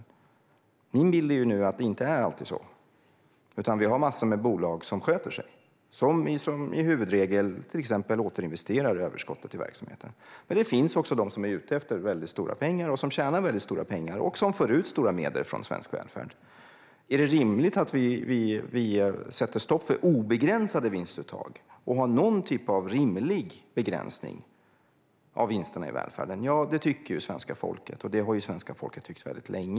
Min bild är att det inte alltid är på det sättet. Vi har massor med bolag som sköter sig och som har som huvudregel att de återinvesterar överskottet i verksamheten. Men det finns också de som är ute efter stora pengar, som tjänar stora pengar och som får ut stora summor från svensk välfärd. Är det rimligt att vi sätter stopp för obegränsade vinstuttag och har någon typ av rimlig begränsning av vinsterna i välfärden? Ja, det tycker svenska folket. Det har svenska folket tyckt väldigt länge.